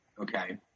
okay